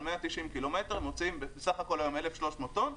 על 190 ק"מ מוציאים בסך הכול היום 1,300 טון.